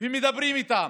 ומדברים איתם,